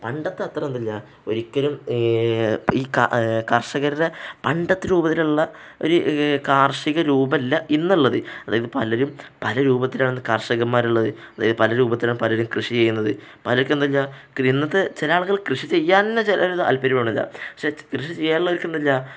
പണ്ടത്തെയത്ര എന്തില്ല ഒരിക്കലും ഈ കർഷകരുടെ പണ്ടത്തെ രൂപത്തിലുള്ള ഒരു കാർഷിക രൂപമല്ല ഇന്നുള്ളത് അതായത് പലരും പല രൂപത്തിലാണ് കർഷകന്മാരുള്ളത് അതായത് പല രൂപത്തിലാണ് പലരും കൃഷി ചെയ്യുന്നത് പലർക്കുമെന്ന് വെച്ചാല് ഇന്നത്തെ ചിലയാളുകൾക്ക് കൃഷി ചെയ്യാന് തന്നെ ചിലര്ക്ക് താല്പര്യമൊന്നുമില്ല പക്ഷെ കൃഷി ചെയ്യാനുള്ളവർക്ക് എന്തില്ല